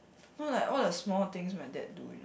no like all the small things my dad do